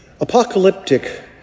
Apocalyptic